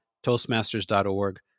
Toastmasters.org